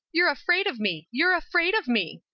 you're afraid of me, you're afraid of me!